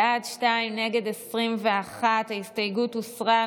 בעד, שניים, נגד, 21. ההסתייגות הוסרה.